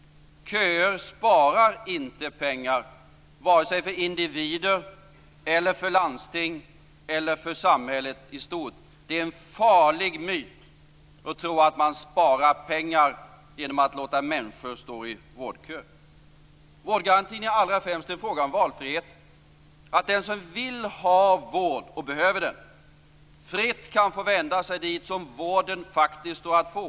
Köer sparar inte pengar, varken för individer, landsting eller för samhället i stort. Det är en farlig myt att tro att man sparar pengar genom att låta människor stå i vårdköer. Vårdgarantin är allra främst en fråga om valfrihet. Den som vill ha vård och behöver den skall fritt kunna vända sig dit där vården faktiskt står att få.